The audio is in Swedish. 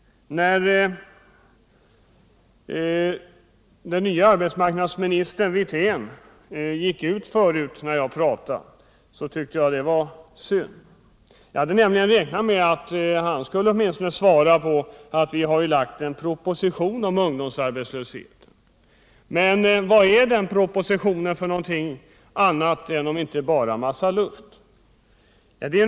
Närden nye arbetsmarknadsministern Rolf Wirtén gick ut förra gången jag talade tyckte jag det var synd. Jag hade nämligen räknat med att han åtminstone skulle svara och säga: Vi har ju lagt fram en proposition om ungdomsarbetslösheten. Men vad är den propositionen för något om inte bara en massa luft?